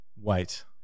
Wait